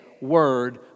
Word